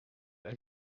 that